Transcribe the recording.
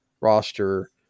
roster